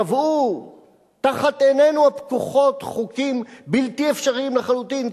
קבעו תחת עינינו הפקוחות חוקים בלתי אפשריים לחלוטין,